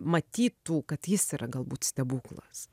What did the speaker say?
matytų kad jis yra galbūt stebuklas